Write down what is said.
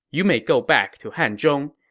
you may go back to hanzhong.